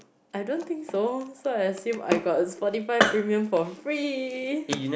I don't think so so I assume I got Spotify premium for free